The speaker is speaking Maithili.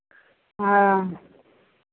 हँ